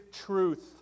truth